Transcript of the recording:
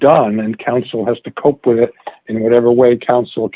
done and counsel has to cope with it in whatever way coun